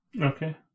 Okay